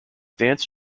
dance